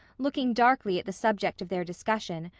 looking darkly at the subject of their discussion,